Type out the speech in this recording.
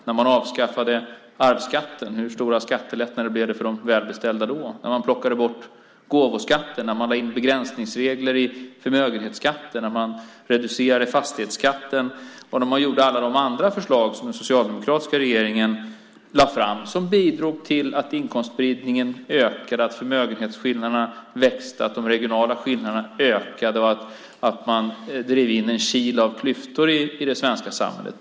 Hur var det när man avskaffade arvsskatten? Hur stora skattelättnader blev det för de välbeställda då? När man plockade bort gåvoskatten, när man lade in begränsningsregler i förmögenhetsskatten och när man reducerade fastighetsskatten - hur blev det då? Hur var det med alla de andra förslag som den socialdemokratiska regeringen lade fram och som bidrog till att inkomstspridningen ökade, att förmögenhetsskillnaderna växte, att de regionala skillnaderna ökade och att man drev in en kil av klyftor i det svenska samhället?